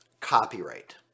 copyright